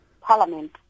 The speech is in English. parliament